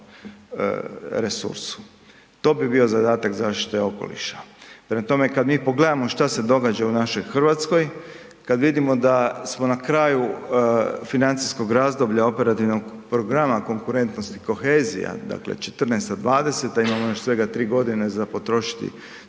resursu. To bi bio zadatak zaštite okoliša. Prema tome, kada mi pogledamo što se događa u našoj Hrvatskoj, kad vidimo da smo na kraju financijskog razdoblja Operativnog programa Konkurentnost i kohezija, dakle 2014.-2020.imamo još svega tri godine za potrošiti